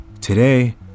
today